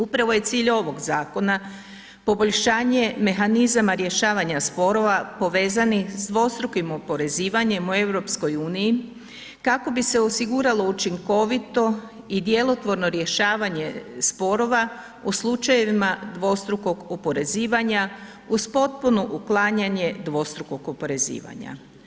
Upravo je cilj ovog zakona poboljšanje mehanizama rješavanja sporova povezanih s dvostrukim oporezivanjem u EU kako bi se osiguralo učinkovito i djelotvorno rješavanje sporova u slučajevima dvostrukog oporezivanja uz potpuno uklanjanje dvostrukog oporezivanja.